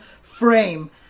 frame